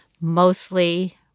mostly